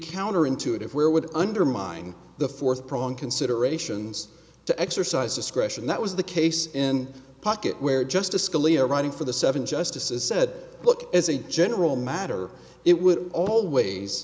counterintuitive where would undermine the fourth prong considerations to exercise discretion that was the case in pocket where justice scalia writing for the seven justices said look as a general matter it would